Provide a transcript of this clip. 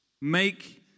Make